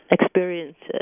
experiences